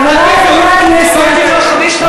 למה שיקבלו אותם?